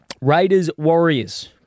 Raiders-Warriors